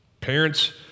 Parents